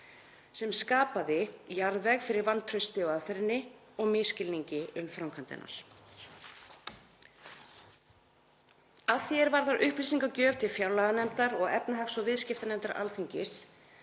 Það skapaði jarðveg fyrir vantrausti á aðferðinni og misskilningi um framkvæmd hennar. Að því er varðar upplýsingagjöf til fjárlaganefndar og efnahags- og viðskiptanefndar Alþingis